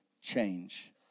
change